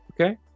Okay